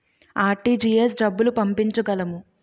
RTGS డబ్బులు పంపించగలము?